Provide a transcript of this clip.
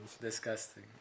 Disgusting